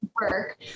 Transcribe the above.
work